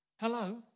Hello